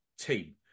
team